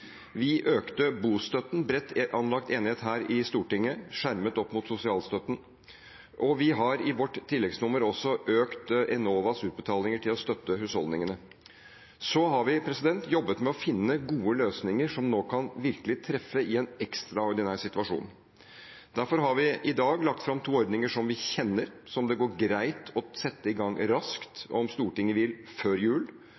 Vi økte bostøtten – en bredt anlagt enighet her i Stortinget og skjermet opp mot sosialstøtten – og vi har i vårt tilleggsnummer også økt Enovas utbetalinger til å støtte husholdningene. Så har vi jobbet med å finne gode løsninger som nå kan virkelig treffe i en ekstraordinær situasjon. Derfor har vi i dag lagt fram to ordninger som vi kjenner, som det går greit å sette i gang raskt – før jul,